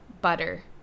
Butter